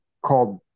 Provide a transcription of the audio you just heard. called